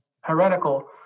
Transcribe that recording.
heretical